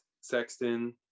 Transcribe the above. Sexton